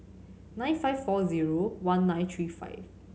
nine five four zero one nine three five